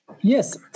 Yes